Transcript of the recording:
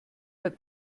hat